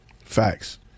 Facts